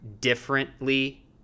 differently